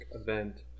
event